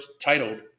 titled